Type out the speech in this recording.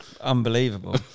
unbelievable